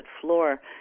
floor